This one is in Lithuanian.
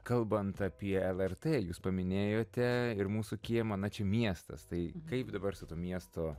kalbant apie lrt jūs paminėjote ir mūsų kiemą na čia miestas tai kaip dabar su tuo miesto